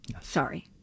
Sorry